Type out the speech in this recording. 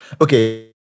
okay